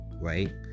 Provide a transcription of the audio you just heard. right